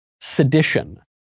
sedition